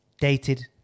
Dated